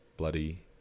bloody